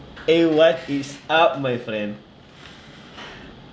eh what is up my friend